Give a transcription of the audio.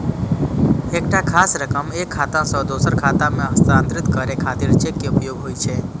एकटा खास रकम एक खाता सं दोसर खाता मे हस्तांतरित करै खातिर चेक के उपयोग होइ छै